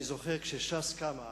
אני זוכר, כשש"ס קמה,